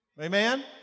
Amen